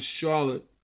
Charlotte